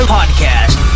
podcast